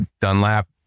Dunlap